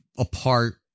apart